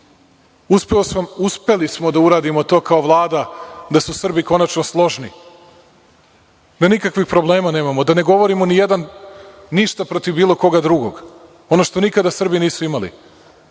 smo da uradimo to kao Vlada da su Srbi konačno složni, da nikakvih problema nemamo, da ne govorimo ništa protiv bilo koga drugog, ono što nikada Srbi nisu imali.